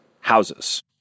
houses